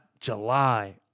July